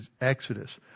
Exodus